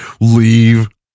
leave